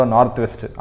Northwest